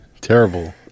terrible